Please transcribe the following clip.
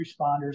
responders